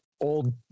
old